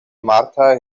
martha